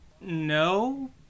No